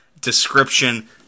description